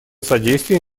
содействие